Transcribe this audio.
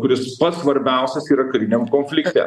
kuris pats svarbiausias yra kariniam konflikte